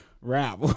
Rap